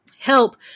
help